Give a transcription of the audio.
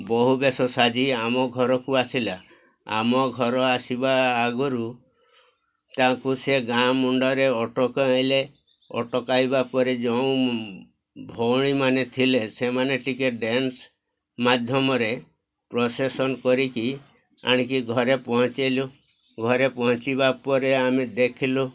ବୋହୂ ବେଶ ସାଜି ଆମ ଘରକୁ ଆସିଲା ଆମ ଘର ଆସିବା ଆଗରୁ ତାଙ୍କୁ ସେ ଗାଁ ମୁଣ୍ଡରେ ଅଟକାଇଁଲେ ଅଟକାଇବା ପରେ ଯେଉଁ ଭଉଣୀମାନେ ଥିଲେ ସେମାନେ ଟିକେ ଡ୍ୟାନ୍ସ ମାଧ୍ୟମରେ ପ୍ରସେସନ କରିକି ଆଣିକି ଘରେ ପହଞ୍ଚାଇଲୁ ଘରେ ପହଞ୍ଚିବା ପରେ ଆମେ ଦେଖିଲୁ